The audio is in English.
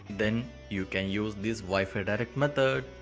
then you can use this wi-fi direct method.